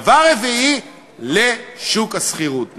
4. לשוק השכירות.